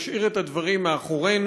נשאיר את הדברים מאחורינו,